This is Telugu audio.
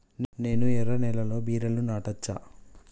నేను ఎర్ర నేలలో బీరలు నాటచ్చా?